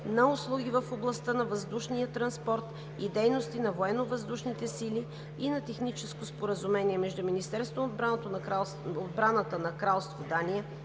на услуги в областта на въздушния транспорт и дейности на военновъздушните сили (ATARES) и на Техническо споразумение между Министерството на обраната на Кралство Дания,